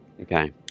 Okay